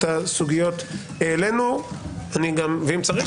את הסוגיות העלינו ואם צריך,